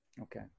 Okay